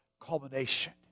culmination